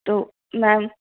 तो मैम